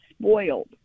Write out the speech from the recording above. spoiled